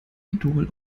idol